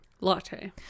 latte